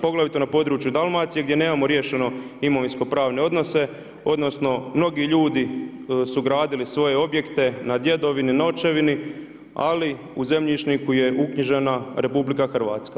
Poglavito na području Dalmacije, gdje nemamo riješeno imovinsko pravne odnose, odnosno, mnogi ljudi, su gradili svoje objekte nad djedovini, novčevini, ali u zemljišnomu je uknjižena RH.